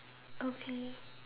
okay